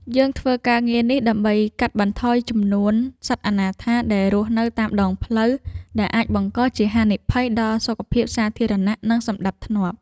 យើងធ្វើការងារនេះដើម្បីកាត់បន្ថយចំនួនសត្វអនាថាដែលរស់នៅតាមដងផ្លូវ ដែលអាចបង្កជាហានិភ័យដល់សុខភាពសាធារណៈ និងសណ្ដាប់ធ្នាប់។